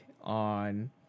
on